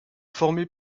formés